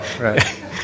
right